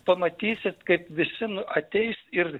pamatysit kaip visi ateis ir